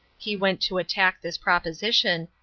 he went to attack this proposition,